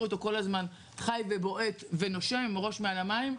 אותו כל הזמן חי ובועט ונושם עם ראש מעל למים,